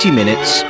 minutes